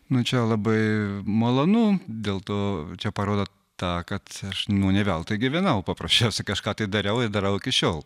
nu čia labai malonu dėl to čia parodo tą kad aš ne veltui gyvenau paprasčiausiai kažką tai dariau i darau iki šiol